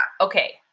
Okay